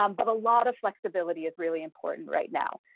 um but a lot of flexibility is really important right now.